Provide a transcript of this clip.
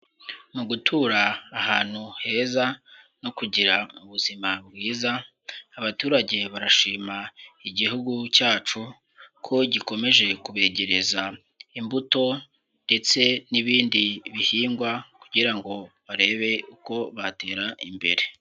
Mu gutura ahantu heza no kugira ubuzima bwiza, abaturage barashima igihugu cyacu ko gikomeje kubegereza imbuto ndetse n'ibindi bihingwa kugira ngo barebe uko batera imbere.